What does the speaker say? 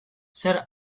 zer